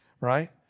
right